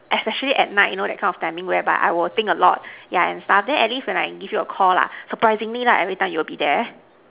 especially at night you know that kind of timing where by I will think a lot yeah and stuff then at least when I give you Call lah surprisingly lah every time you will be there